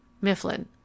Mifflin